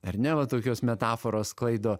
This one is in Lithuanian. ar ne va tokios metaforos sklaido